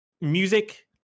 Music